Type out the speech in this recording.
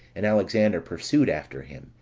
and alexander pursued after him,